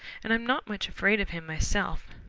and i'm not much afraid of him myself,